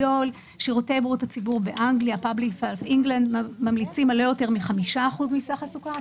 שירותי בריאות הציבור באנגליה ממליצים על לא יותר מ-5% מסך הסוכר.